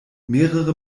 mehrere